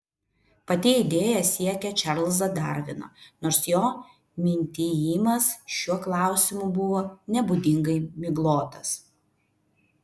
pati idėja siekia čarlzą darviną nors jo mintijimas šiuo klausimu buvo nebūdingai miglotas